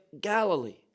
Galilee